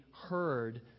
heard